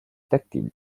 tactile